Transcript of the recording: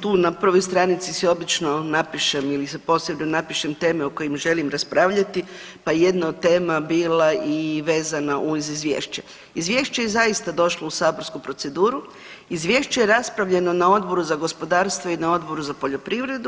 tu na prvoj stranici si obično napišem ili si posebno napišem teme o kojim želim raspravljati, pa je jedna od tema bila i vezana uz izvješće i izvješće je zaista došlo u saborsku proceduru, izvješće je raspravljeno na Odboru za gospodarstvo i na Odboru za poljoprivredu.